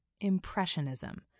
Impressionism